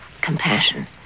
compassion